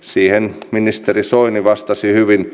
siihen ministeri soini vastasi hyvin